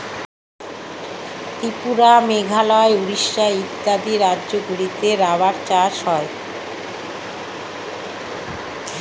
ত্রিপুরা, মেঘালয়, উড়িষ্যা ইত্যাদি রাজ্যগুলিতে রাবার চাষ হয়